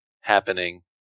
happening